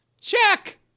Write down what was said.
Check